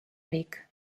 ric